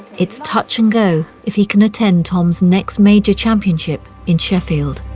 it's touch and go if he can attend tom's next major championship in sheffield.